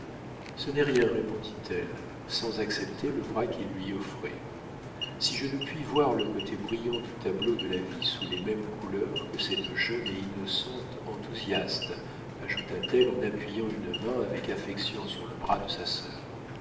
ce n'est rien répondit-elle sans accepter le bras qu'il lui offrait si je ne puis voir le côté brillant du tableau de la vie sous les mêmes couleurs que cette jeune et innocente enthousiaste ajouta-t-elle en appuyant une main avec affection sur le bras de sa sœur